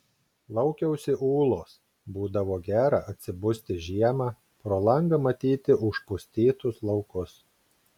laukiausi ūlos būdavo gera atsibusti žiemą pro langą matyti užpustytus laukus